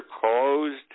closed